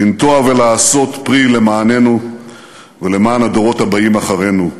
לנטוע ולעשות פרי למעננו ולמען הדורות הבאים אחרינו.